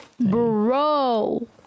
Bro